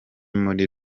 muri